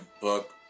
book